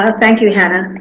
ah thank you, hannah.